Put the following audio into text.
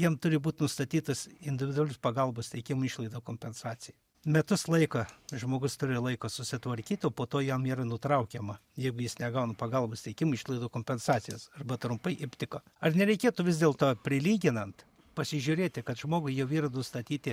jiem turi būt nustatytas individualus pagalbos teikimo išlaidų kompensacija metus laiko žmogus turi laiko susitvarkyt o po to jam yra nutraukiama jeigu jis negauna pagalbos teikimo išlaidų kompensacijos arba trumpai iptiko ar nereikėtų vis dėlto prilyginant pasižiūrėti kad žmogui jau yra nustatyti